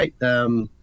right